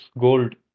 Gold